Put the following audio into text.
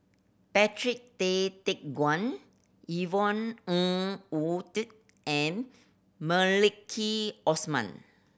Patrick Tay Teck Guan Yvonne Ng Uhde and Maliki Osman